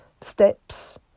steps